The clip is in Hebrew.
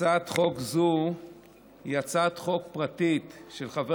הצעת חוק זו היא הצעת חוק פרטית של חבר